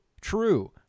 True